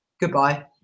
goodbye